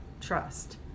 trust